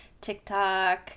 TikTok